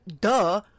duh